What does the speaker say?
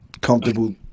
comfortable